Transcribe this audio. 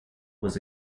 were